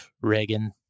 Reagan